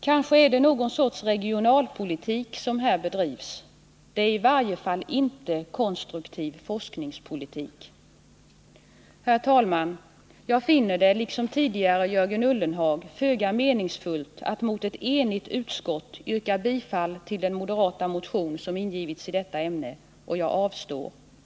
Kanske är det någon sorts regionalpolitik som här bedrivs — det är i varje fall inte konstruktiv forskningspolitik. Herr talman! Jag finner det — liksom tidigare Jörgen Ullenhag — föga meningsfullt att mot ett enigt utskott yrka bifall till den moderata motion som väckts i detta ämne, varför jag avstår från att göra det.